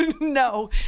No